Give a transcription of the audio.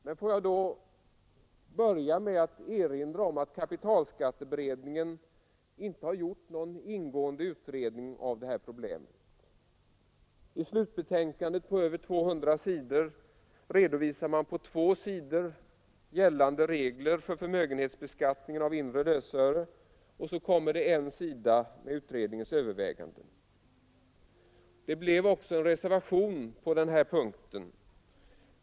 Men får jag då börja med att erinra om att kapitalskatteberedningen inte har gjort någon ingående utredning av detta problem. I slutbetänkandet på över 200 sidor redovisar man på två sidor gällande regler för förmögenhetsbeskattningen av inre lösöre, och så kommer det en sida med utredningens överväganden. Det avgavs också en reservation på denna punkt.